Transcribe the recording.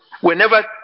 Whenever